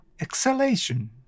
exhalation